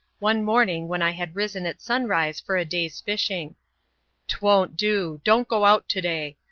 one morning when i had risen at sunrise for a day's fishing. t won't do don't go out to-day!